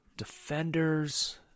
Defenders